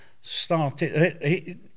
started